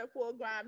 program